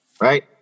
Right